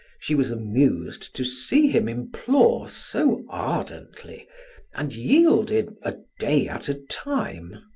she was amused to see him implore so ardently and yielded a day at a time.